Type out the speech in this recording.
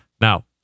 Now